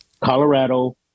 Colorado